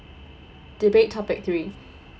debate topic three